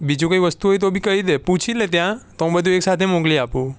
બીજું કંઈ વસ્તુ હોય તો બી કઈ દે પૂછી લે ત્યાં તો હું બધું એકસાથે મોકલી આપું